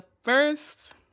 first